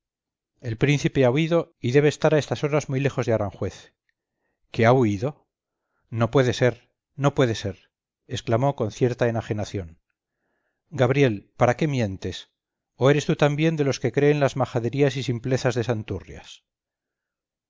el príncipe ha huido y debe estar a estas horas muy lejos de aranjuez que ha huido no puede ser no puede ser exclamó con cierta enajenación gabriel para qué mientes o eres tú también de los que creen las majaderías y simplezas de